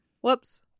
Whoops